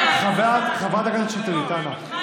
חברת הכנסת שטרית, אנא.